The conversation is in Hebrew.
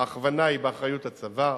ההכוונה היא באחריות הצבא,